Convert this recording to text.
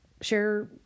share